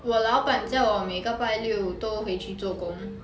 我老板叫我每个拜六都回去做工